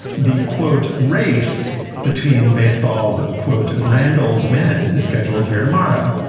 the quote, race between baseballs. quote, grand old man is scheduled here tomorrow.